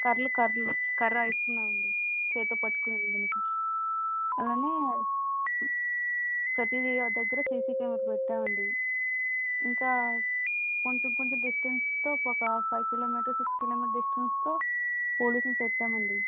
కర్రలు కర్రలు కర్ర ఇస్తన్నామండి చేత్తో పట్టుకుని వెళ్ళడానికి అలానే ప్రతీ వీ దగ్గరా సీసీ కేమేరా పెట్టామండి ఇంకా కొంచెం కొంచెం డిస్టెన్స్తో ఒకా ఫైవ్ కిలోమీటర్ సిక్స్ కిలోమీటర్ డిస్టెన్స్తో పోలిసుని పెట్టామండి